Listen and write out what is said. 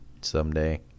someday